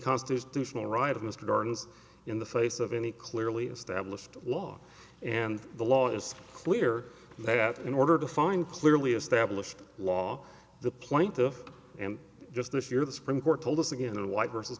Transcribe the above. constitutional right of mr barnes in the face of any clearly established law and the law is clear that in order to find clearly established law the point of and just this year the supreme court told us again the white versus